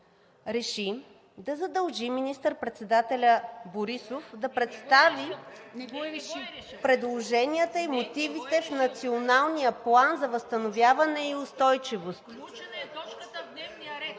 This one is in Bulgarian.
реши да задължи министър-председателя Борисов да представи предложенията и мотивите в Националния план за възстановяване и устойчивост.